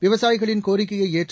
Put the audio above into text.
விவசாயிகளின் கோரிக்கையை ஏற்று